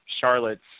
Charlotte's